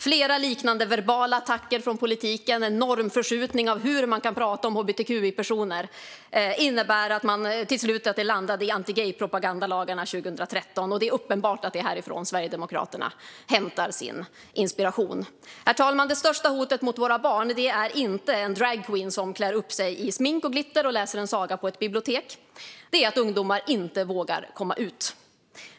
Flera liknande verbala attacker från politiken och en normförskjutning när det gäller hur man kan prata om hbtqi-personer innebar till slut att man landade i antigaypropagandalagarna 2013. Det är uppenbart att det är härifrån Sverigedemokraterna hämtar sin inspiration. Herr talman! Det största hotet mot våra barn är inte en dragqueen som klär upp sig med smink och glitter och läser en saga på ett bibliotek, utan det är att ungdomar inte vågar komma ut.